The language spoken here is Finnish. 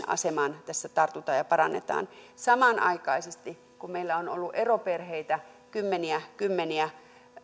asemaan tässä tartutaan ja jota parannetaan niin samanaikaisesti meillä on ollut eroperheitä kymmeniä kymmeniä